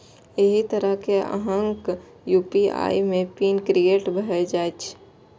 एहि तरहें अहांक यू.पी.आई पिन क्रिएट भए जाएत